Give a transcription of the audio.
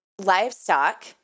livestock